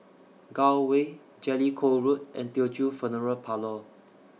Gul Way Jellicoe Road and Teochew Funeral Parlour